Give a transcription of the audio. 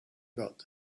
about